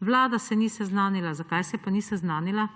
Vlada se ni seznanila – zakaj se pa ni seznanila?